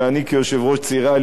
כיושב-ראש צעירי הליכוד,